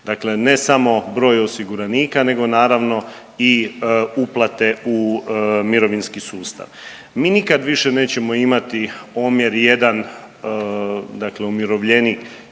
dakle ne samo broj osiguranika nego naravno i uplate u mirovinski sustav. Mi nikad više nećemo imati omjer 1 umirovljenik